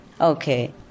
Okay